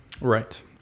Right